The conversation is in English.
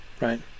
Right